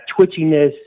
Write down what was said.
twitchiness